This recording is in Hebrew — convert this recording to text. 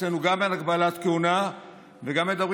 אצלנו גם אין הגבלת כהונה וגם מדברים